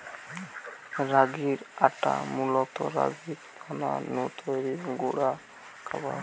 রাগির আটা মূলত রাগির দানা নু তৈরি গুঁড়া খাবার